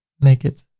make it